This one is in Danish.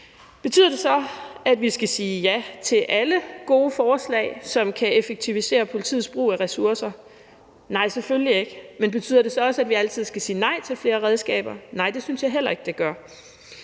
Betyder det så, at vi skal sige ja til alle gode forslag, som kan effektivisere politiets brug af ressourcer? Nej, selvfølgelig ikke. Men betyder det så også, at vi altid skal sige nej til flere redskaber? Nej, det synes jeg heller ikke det gør.